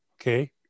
Okay